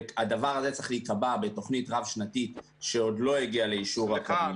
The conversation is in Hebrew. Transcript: והדבר הזה צריך להיקבע בתוכנית רב-שנתית שעוד לא הגיעה לאישור הקבינט.